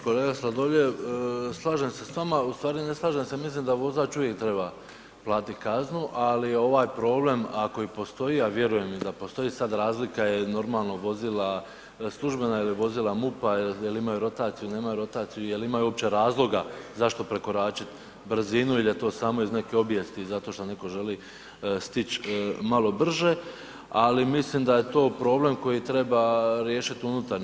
Kolega Sladoljev, slažem se s vama, u stvari ne slažem se mislim da vozač uvijek treba platit kaznu, ali ovaj problem, ako i postoji, a vjerujem i da postoji, sad razlika je normalno vozila službena ili vozila MUP-a jel imaju rotaciju il nemaju rotaciju, jel imaju uopće razloga zašto prekoračit brzinu il je to samo iz neke obijesti zato što netko stić malo brže, ali mislim da je to problem koji treba riješit unutarnje.